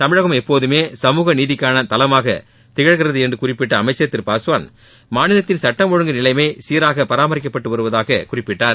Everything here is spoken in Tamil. தமிழகம் எப்போதுமே சமூக நீதிக்கான தளமாக திகழ்கிறது என்று குறிப்பிட்ட அமைச்சர் திரு பாஸ்வான் மாநிலத்தின் சட்டம் ஒழுங்கு நிலைமை சீராக பராமரிக்கப்படுவதாக குறிப்பிட்டார்